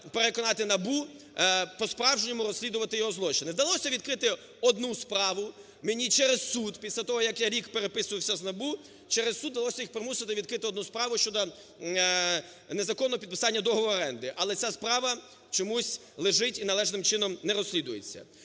переконати НАБУ по-справжньому розслідувати його злочини. Вдалося відкрити одну справу мені через суд, після того, як я рік переписувався з НАБУ, через суд вдалося їх примусити відкрити одну справу щодо незаконного підписання договору оренди. Але ця справа чомусь лежить і належним чином не розслідується.